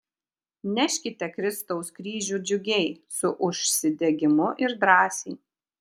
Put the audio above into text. neškite kristaus kryžių džiugiai su užsidegimu ir drąsiai